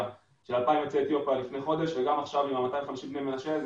2,000 יוצאי אתיופיה לפני חודש ועכשיו לגבי 250 בני המנשה.